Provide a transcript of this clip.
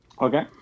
Okay